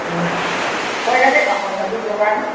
पहिलाकै ठाउँमा छ कि दोकान